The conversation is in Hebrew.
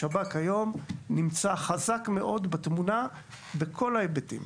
שב"כ היום נמצא חזק מאוד בתמונה בכל ההיבטים.